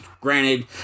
granted